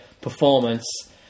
performance